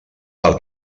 pel